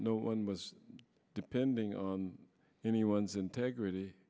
no one was depending on anyone's integrity